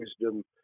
wisdom